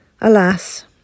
Alas